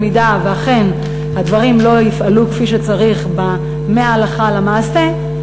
במידה שאכן הדברים לא יפעלו כפי שצריך מהלכה למעשה,